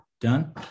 done